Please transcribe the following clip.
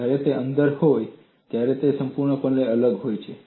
જ્યારે તે અંદર હોય ત્યારે તે સંપૂર્ણપણે અલગ હોય છે